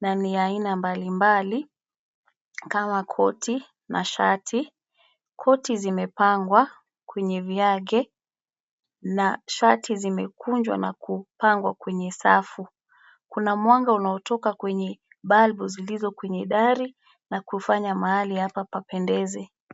na ni aina mbali mbali, kama koti na shati . Koti zimepangwa kwenye viage na shati zimekunjwa na kupangwa kwenye safu . Kuna mwanga unaotoka kwenye balbu zilizo kwenye dari na kufanya mahali hapa papendeze.